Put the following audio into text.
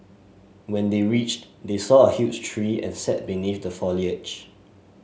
when they reached they saw a huge tree and sat beneath the foliage